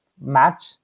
match